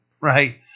Right